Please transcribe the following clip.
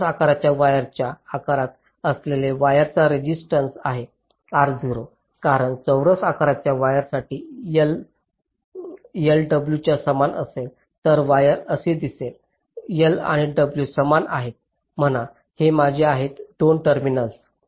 चौरस आकाराच्या वायरच्या आकारात असलेल्या वायरचा रेसिस्टन्स आहे कारण चौरस आकाराच्या वायरसाठी l w च्या समान असेल तर वायर अशा दिसेल l आणि w समान आहेत म्हणा हे माझे आहेत 2 टर्मिनल